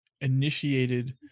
initiated